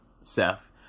Seth